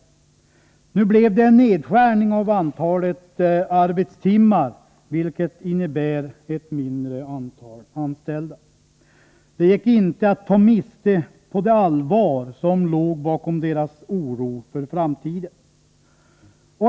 Nu blev det emellertid en nedskärning av antalet arbetstimmar, vilket innebär ett mindre antal anställda. Det gick inte att ta miste på det allvar som låg bakom deras oro för framtiden.